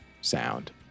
sound